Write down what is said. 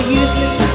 useless